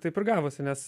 taip gavosi nes